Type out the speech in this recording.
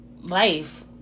life